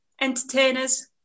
entertainers